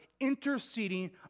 interceding